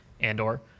Andor